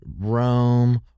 Rome